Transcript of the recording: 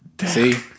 See